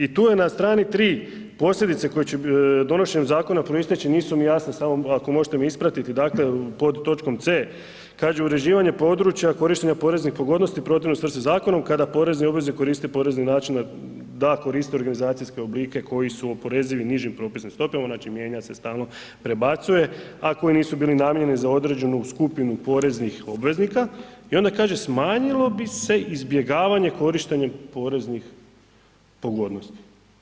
I tu je na strani 3 posljedice koje će donošenjem zakona proisteći, nisu mi jasne samo ako možete me ispratiti, dakle pod točkom C kaže uređivanje područja, korištenja poreznih pogodnosti protivno svrsi zakonom kada porezni obveznik koristi porezni način da koriste organizacijske oblike koji su oporezivi nižim propisnim stopama, znači mijenja se stalno prebacuje, a koji nisu bili namijenjeni za određenu skupinu poreznih obveznika i onda kaže, smanjilo bi se izbjegavanje korištenja poreznih pogodnosti.